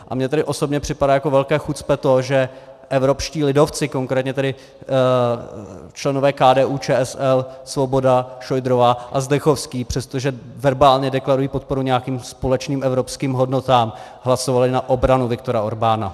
A mně tedy osobně připadá jako velké chucpe to, že evropští lidovci, konkrétně tedy členové KDUČSL Svoboda, Šojdrová a Zdechovský, přestože verbálně deklarují podporu nějakým společným evropským hodnotám, hlasovali na obranu Viktora Orbána.